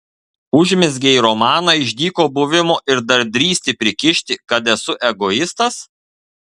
užmezgei romaną iš dyko buvimo ir dar drįsti prikišti kad esu egoistas